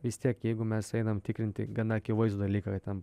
vis tiek jeigu mes einam tikrinti gana akivaizdų dalyką ten